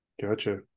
gotcha